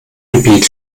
gebiet